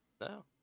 no